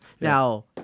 Now